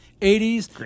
80s